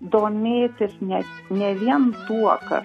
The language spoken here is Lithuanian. domėtis net ne vien tuo kas